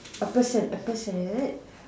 a person a person